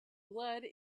blood